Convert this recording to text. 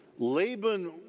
Laban